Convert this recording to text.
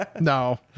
No